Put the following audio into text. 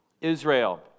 Israel